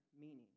meaning